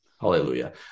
hallelujah